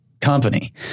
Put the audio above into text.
company